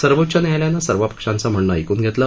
सर्वोच्च न्यायालयानं सर्व पक्षांचं म्हणणं ऐकून घेतलं